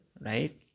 right